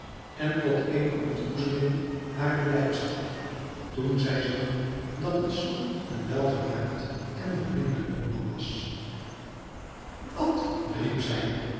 en tot eene ontboezeming harer blijdschap toen zij zag dat het zulk een welgemaakt en beminnelijk jongman was wat riep zij